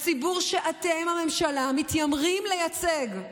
הציבור שאתם הממשלה מתיימרים לייצג,